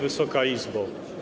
Wysoka Izbo!